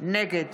נגד